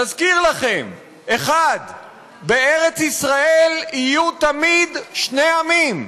נזכיר לכם: 1. בארץ-ישראל יהיו תמיד שני עמים,